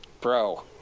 Bro